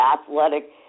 athletic